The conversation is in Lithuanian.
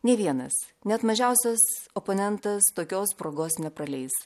nė vienas net mažiausias oponentas tokios progos nepraleis